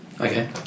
Okay